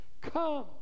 come